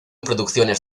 producciones